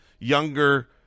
younger